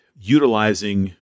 utilizing